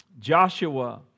Joshua